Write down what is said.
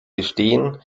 gestehen